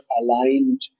aligned